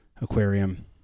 aquarium